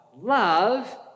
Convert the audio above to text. love